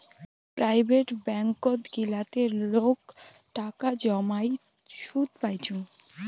private ব্যাঙ্কত গিলাতে লোক টাকা জমাই সুদ পাইচুঙ